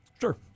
Sure